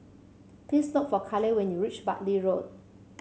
please look for Kaleigh when you reach Bartley Road